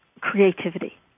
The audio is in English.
creativity